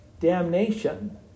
damnation